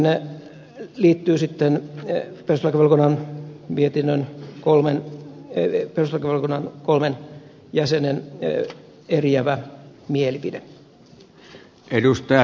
mietintöön liittyy sitten taas jorma miettinen kolme eri pesu perustuslakivaliokunnan kolmen jäsenen eriävä mielipide